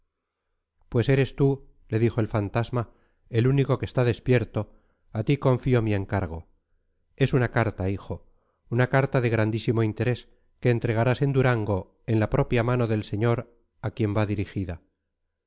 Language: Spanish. pues eres tú le dijo el fantasma el único que está despierto a ti confío mi encargo es una carta hijo una carta de grandísimo interés que entregarás en durango en la propia mano del señor a quien va dirigida